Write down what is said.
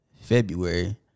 February